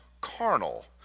carnal